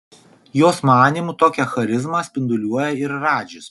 jos manymu tokią charizmą spinduliuoja ir radžis